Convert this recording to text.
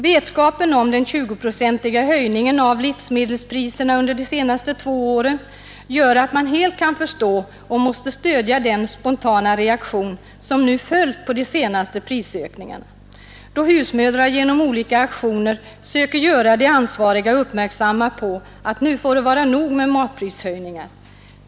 Vetskapen om den 20-procentiga höjningen av livsmedelspriserna under de senaste två åren gör att man helt kan förstå och måste stödja den spontana reaktion som följt på de senaste prisökningarna, då husmödrar genom olika aktioner söker göra de ansvariga uppmärksamma på att det nu får vara nog med matprishöjningar.